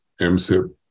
MSIP